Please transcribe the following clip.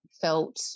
felt